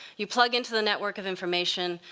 you plug into the network of information,